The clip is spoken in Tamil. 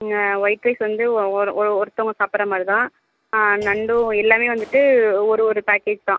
நீங்கள் வைட் ரைஸ் வந்து ஒ ஒரு ஒருத்தவங்க சாப்பிட்ற மாதிரி தான் ஆ நண்டும் எல்லாமே வந்துவிட்டு ஒரு ஒரு பாக்கெட் தான்